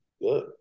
good